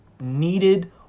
needed